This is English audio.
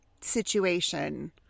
situation